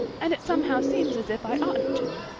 and it somehow seems as if i oughtn't to.